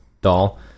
doll